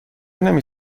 نمی